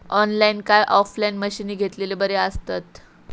Online काय offline मशीनी घेतलेले बरे आसतात?